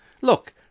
Look